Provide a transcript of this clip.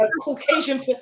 Caucasian